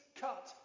cut